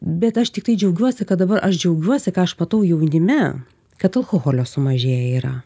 bet aš tiktai džiaugiuosi kad dabar aš džiaugiuosi ką aš matau jaunime kad alkoholio sumažėję yra